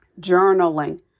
Journaling